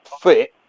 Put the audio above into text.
fit